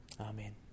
Amen